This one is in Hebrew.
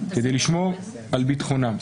כדי לשמור על ביטחונם.